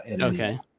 Okay